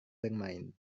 bermain